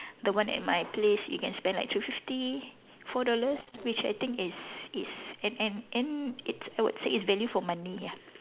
the one at my place you can spend like two fifty four dollars which I think is is and and and it's I would say it's value for money ya